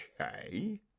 okay